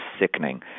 sickening